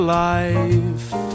life